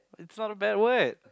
is not a bad word